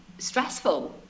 stressful